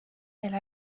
elle